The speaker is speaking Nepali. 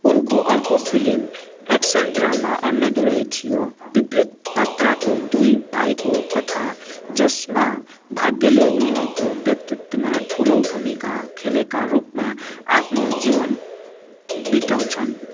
उनको अर्को फिल्म एक्सन ड्रामा अन्नादुराई थियो विपरीत पात्रका दुई भाइको कथा जसमा भाग्यले उनीहरूको व्यक्तित्वमा ठुलो भूमिका खेलेका रूपमा आफ्नो जीवन बिताउँछन्